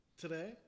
today